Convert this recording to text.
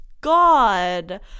god